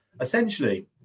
essentially